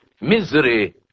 misery